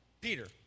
Peter